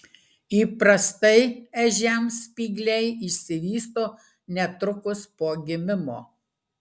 įprastai ežiams spygliai išsivysto netrukus po gimimo